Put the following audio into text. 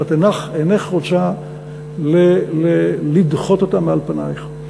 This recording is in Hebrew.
ואת אינך רוצה לדחות אותם מעל פנייך.